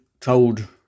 told